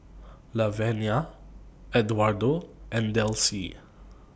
Lavenia Edwardo and Delcie